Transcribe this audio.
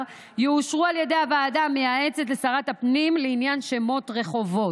יאושרו על ידי הוועדה המייעצת לשרת הפנים לעניין שמות רחובות.